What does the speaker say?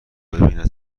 ببیند